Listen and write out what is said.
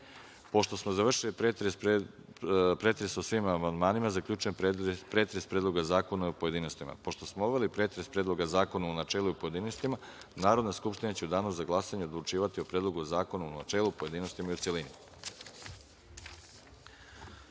(Ne)Pošto smo završili pretres o svim amandmanima, zaključujem pretres Predloga zakona u pojedinostima. Pošto smo obavili pretres Predloga zakona u načelu i u pojedinostima, Narodna skupština će u danu za glasanje odlučivati o Predlogu zakona u načelu, pojedinostima i u celini. Primili